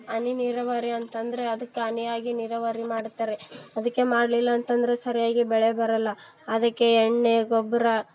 ಹನಿ ನೀರಾವರಿ ಅಂತಂದರೆ ಅದಕ್ಕೆ ಹನಿಯಾಗಿ ನೀರಾವರಿ ಮಾಡುತ್ತಾರೆ ಅದಕ್ಕೆ ಮಾಡಲಿಲ್ಲ ಅಂತಂದ್ರೆ ಸರಿಯಾಗಿ ಬೆಳೆ ಬರೋಲ್ಲ ಅದಕ್ಕೆ ಎಣ್ಣೆ ಗೊಬ್ಬರ